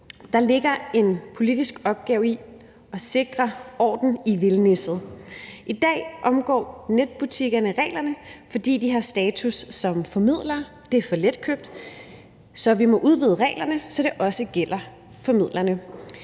Der ligger en politisk opgave i at sikre orden i vildnisset. I dag omgår netbutikkerne reglerne, fordi de har status som formidlere – det er for letkøbt. Så vi må udvide reglerne, så det også gælder formidlerne.